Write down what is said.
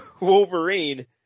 Wolverine